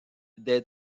des